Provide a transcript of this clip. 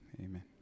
Amen